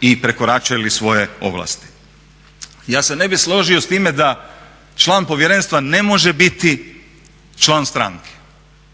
i prekoračuje li svoje ovlasti. Ja se ne bih složio s time da član povjerenstva ne može biti član stranke.